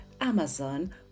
Amazon